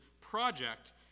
project